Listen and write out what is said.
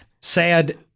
sad